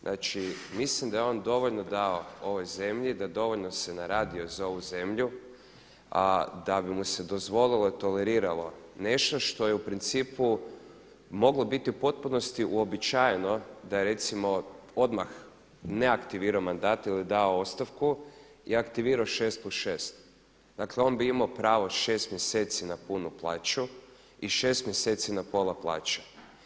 Znači, mislim da je on dovoljno dao ovoj zemlji, da dovoljno se naradio za ovu zemlju da bi mu se dozvolilo i toleriralo nešto što je u principu moglo biti u potpunosti uobičajeno da je recimo odmah ne aktivirao mandat ili dao ostavku i aktivirao 6 plus 6, dakle on bi imao pravo 6 mjeseci na punu plaću i 6 mjeseci na pola plaće.